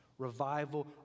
revival